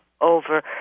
over